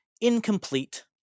incomplete